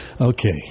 okay